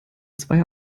zweier